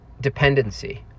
dependency